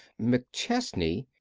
mcchesney?